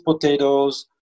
potatoes